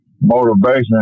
motivation